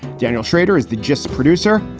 daniel schrader is the just producer.